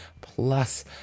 plus